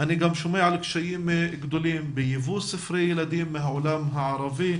אני גם שומע על קשיים גדולים ביבוא ספרי ילדים מהעולם הערבי,